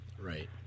Right